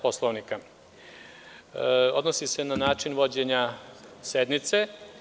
Poslovnika, odnosi se na način vođenja sednice.